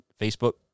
facebook